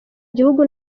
gihugu